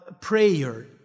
prayer